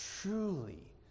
truly